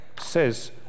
says